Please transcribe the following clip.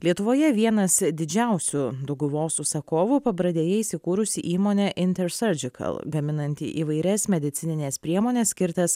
lietuvoje vienas didžiausių dauguvos užsakovų pabradėje įsikūrusi įmonė intersurgical gaminanti įvairias medicinines priemones skirtas